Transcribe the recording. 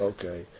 Okay